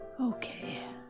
Okay